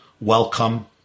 welcome